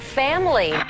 family